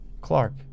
Clark